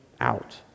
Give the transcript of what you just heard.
out